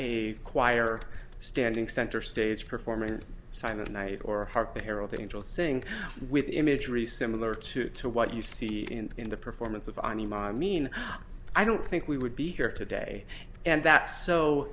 a choir standing center stage performance silent night or hark the herald angels sing with imagery similar to what you see in the performance of i mean i don't think we would be here today and that so